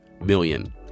million